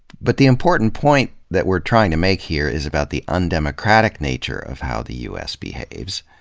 but the important point that we're trying to make here is about the undemocratic nature of how the u s. behaves.